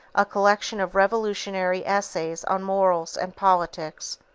a collection of revolutionary essays on morals and politics.